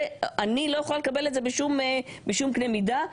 אני לא יכולה לקבל את זה בשום קנה מידה.